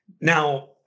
Now